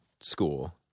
school